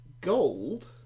Gold